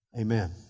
Amen